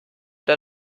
der